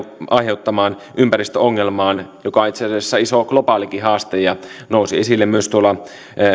aiheuttamaan ympäristöongelmaan joka on itse asiassa iso globaalikin haaste ja nousi esille myös tuolla